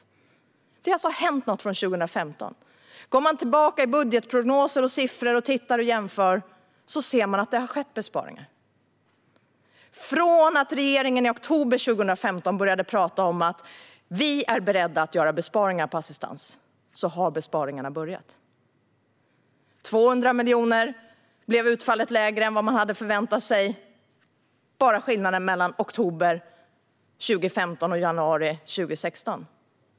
Det har alltså hänt något sedan 2015. Går man tillbaka och jämför budgetprognoser och siffror ser man att det har skett besparingar. Sedan regeringen i oktober 2015 började tala om att man var beredd att göra besparingar på assistans har besparingarna börjat. Utfallet blev 200 miljoner lägre än vad man hade förväntat sig bara mellan oktober 2015 och januari 2016.